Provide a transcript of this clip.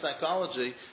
psychology